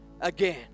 again